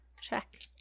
check